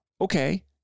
okay